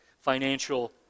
financial